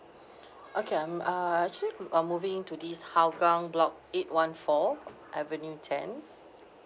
okay I'm ah actually mm uh moving to this hougang block eight one four avenue ten